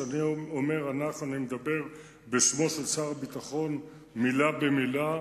וכשאני אומר "אנחנו" אני מדבר בשמו של שר הביטחון מלה במלה.